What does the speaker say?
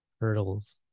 hurdles